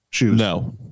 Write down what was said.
No